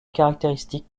caractéristique